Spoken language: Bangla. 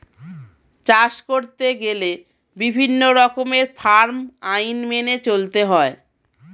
চাষ করতে গেলে বিভিন্ন রকমের ফার্ম আইন মেনে চলতে হয়